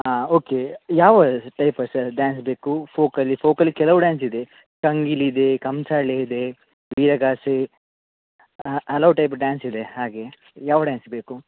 ಹಾಂ ಓಕೆ ಯಾವ type sir dance ಬೇಕು ಫೋಕಲಿ ಫೋಕಲಿ ಕೆಲವು ಡ್ಯಾನ್ಸ್ ಇದೆ ಟಂಗಿಲಿದೆ ಕಂಸಾಳೆ ಇದೆ ವೀರಗಾಸೆ ಹಲವು ಟೈಪ್ ಡ್ಯಾನ್ಸ್ ಇದೆ ಹಾಗೆ ಯಾವ ಡ್ಯಾನ್ಸ್ ಬೇಕು